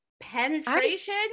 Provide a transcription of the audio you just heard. penetration